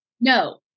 No